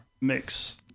mix